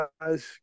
guys